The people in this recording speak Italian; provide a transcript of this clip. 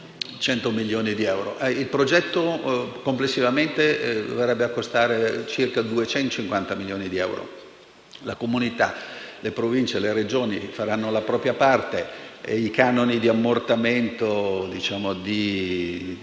Il progetto complessivamente verrebbe a costare circa 250 milioni di euro: la comunità, le Province e le Regioni faranno la propria parte e i canoni di ammortamento per